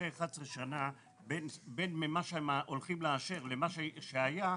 אחרי 11 שנה בין מה שהולכים לאשר לבין מה שהיה,